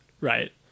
right